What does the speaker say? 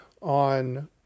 on